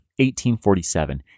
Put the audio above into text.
1847